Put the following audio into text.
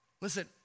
Listen